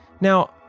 Now